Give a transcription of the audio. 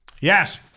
Yes